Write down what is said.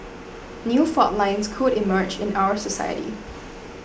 new fault lines could emerge in our society